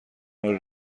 کنار